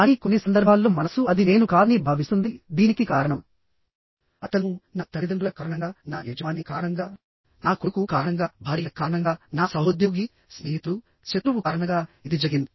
కానీ కొన్ని సందర్భాల్లో మనస్సు అది నేను కాదని భావిస్తుంది దీనికి కారణంఅతను నా తల్లిదండ్రుల కారణంగా నా యజమాని కారణంగానా కొడుకు కారణంగా భార్య కారణంగా నా సహోద్యోగి స్నేహితుడు శత్రువు కారణంగా ఇది జరిగింది